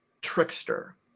trickster